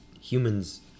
Humans